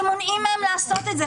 שמונעים מהם לעשות את זה.